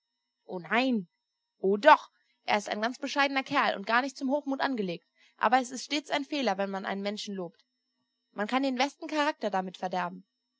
o nein o doch er ist ein ganz bescheidener kerl und gar nicht zum hochmut angelegt aber es ist stets ein fehler wenn man einen menschen lobt man kann den besten charakter damit verderben